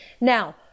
now